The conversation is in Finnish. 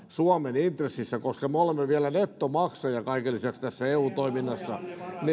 suomen intressissä koska me olemme vielä nettomaksajia kaiken lisäksi tässä eu toiminnassa